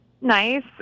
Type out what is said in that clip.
nice